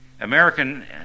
American